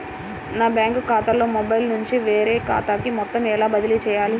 నా బ్యాంక్ ఖాతాలో మొబైల్ నుండి వేరే ఖాతాకి మొత్తం ఎలా బదిలీ చేయాలి?